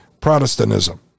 Protestantism